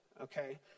okay